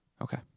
Okay